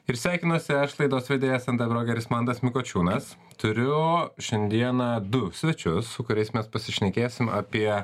ir sveikinuosi aš laidos vedėjas nt brokeris mantas mikučiūnas turiušiandieną du svečius su kuriais mes pasišnekėsime apie